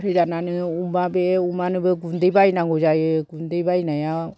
फोराननानो अमा बे अमानोबो गुन्दै बायनांगौ जायो गुन्दै बायनाया